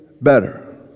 better